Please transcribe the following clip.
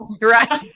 Right